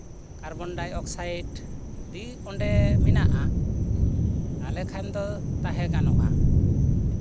carbon dioxide ᱡᱩᱫᱤ ᱚᱸᱰᱮ ᱢᱮᱱᱟᱜᱼᱟ ᱛᱟᱦᱚᱞᱮ ᱠᱷᱟᱱ ᱫᱚ ᱛᱟᱦᱮᱸ ᱜᱟᱱᱚᱜᱼᱟ